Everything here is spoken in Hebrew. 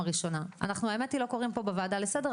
ואנחנו האמת היא לא קוראים פה בוועדה לסדר,